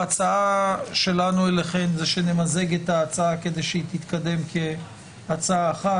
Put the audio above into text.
ההצעה שלנו אליכן היא שנמזג את ההצעה כדי שהיא תתקדם כהצעה אחת,